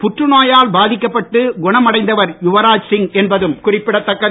புற்று நோயால் பாதிக்கப்பட்டு குணமடைந்தவர் யுவராஜ் சிங் என்பதும் குறிப்பிடத்தக்கது